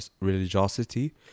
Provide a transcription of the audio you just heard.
religiosity